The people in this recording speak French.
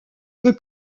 peu